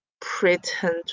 pretend